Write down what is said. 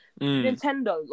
Nintendo